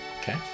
Okay